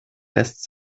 lässt